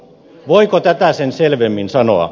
voiko tätä sen selvemmin sanoa